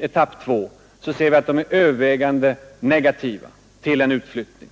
etapp 2, finner vi att de är övervägande negativa till en utflyttning.